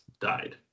died